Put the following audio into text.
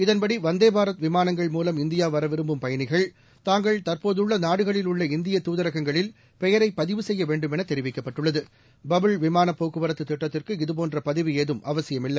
இதன்படிலு வந்தே பாரத் விமானங்கள் மூலம் இந்தியா வர விரும்பும் பயணிகள்இ தாங்கள் தற்போதுள்ள நாடுகளில் உள்ள இந்திய தூதரகங்களில் பெயரை பதிவு செய்ய வேண்டுமென தெரிவிக்கப்பட்டுள்ளது பபுள் விமானப் போக்குவரத்து திட்டத்திற்கு இதுபோன்ற பதிவு ஏதும் அவசியமில்லை